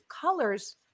colors